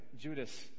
Judas